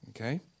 Okay